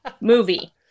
movie